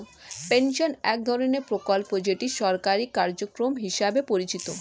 pension এক ধরনের প্রকল্প যেটা সরকারি কার্যক্রম হিসেবে পরিচিত